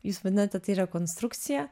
jūs vadinate tai rekonstrukcija